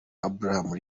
abraham